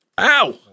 Ow